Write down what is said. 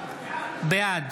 בעד